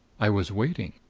i was waiting.